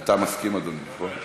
אני רוצה לתת הסבר.